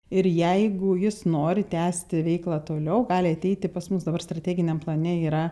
ir jeigu jis nori tęsti veiklą toliau gali ateiti pas mus dabar strateginiam plane yra